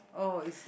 oh is it